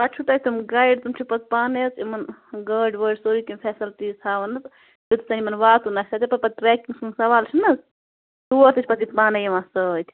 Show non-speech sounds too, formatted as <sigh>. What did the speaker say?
پَتہٕ چھُو تۄہہِ تِم گایِڈ تِم چھِ پَتہٕ پانَے حظ یِمَن گٲڑۍ واڑۍ سورٕے کیٚنہہ فیسلٹی <unintelligible> یوتَتھ تام یِمَن واتُن آسہِ <unintelligible> ٹرٛیکِنٛگ ہُنٛد سوال چھُنہٕ حظ تور تہِ چھِ پتہٕ یِم پانَے یِوان سۭتۍ